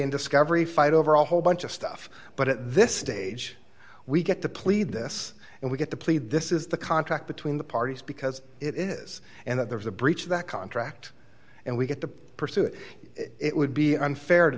in discovery fight over a whole bunch of stuff but at this stage we get to plead this and we get the plea this is the contract between the parties because it is and that there is a breach of that contract and we get to pursue it it would be unfair to